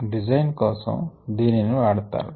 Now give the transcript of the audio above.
design కోసం దీనిని వాడతారు